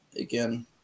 Again